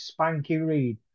Spanky-Reed